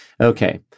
Okay